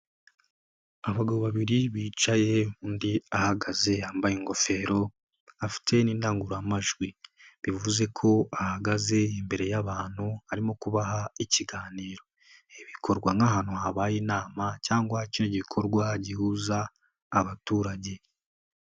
Abagabo babiri bicaye undi ahagaze yambaye ingofero afite n'indangururamajwi, bivuze ko ahagaze imbere y'abantu arimo kubaha ikiganiro, ibi bikorwa nk'ahantu habaye inama cyangwa ikindi gikorwa gihuza abaturage.